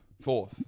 Fourth